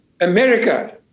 America